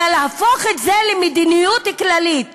אלא להפוך את זה למדיניות כללית